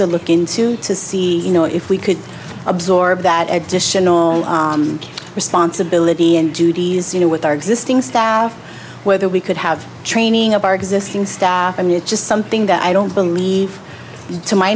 to look into to see you know if we could absorb that additional responsibility and duties you know with our existing staff whether we could have training of our existing staff and it's just something that i don't believe to my